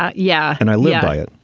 yeah yeah and i live by it.